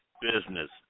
business